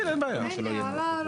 נושא.